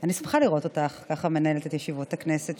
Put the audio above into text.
אני שמחה לראות אותך כך מנהלת את ישיבות הכנסת.